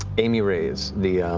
aimee reyes, the